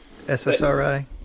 SSRI